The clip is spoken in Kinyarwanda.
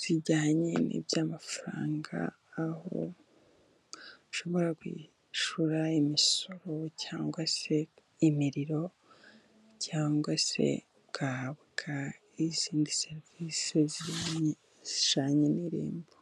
zijyanye n'iby'amafaranga, aho ushobora kwishyura imisoro cyangwa se imiriro cyangwa se ugahabwa n'izindi serivisi zijyanye n'irembo.